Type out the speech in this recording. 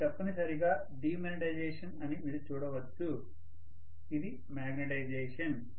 ఇది తప్పనిసరిగా డీమాగ్నిటైజేషన్ అని మీరు చూడవచ్చు ఇది మాగ్నిటైజేషన్